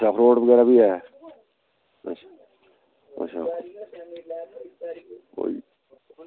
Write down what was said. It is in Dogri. अखरोट बगैरा बी ऐ